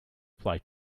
play